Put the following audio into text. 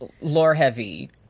lore-heavy